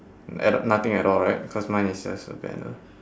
at nothing at all right cause mine is just a banner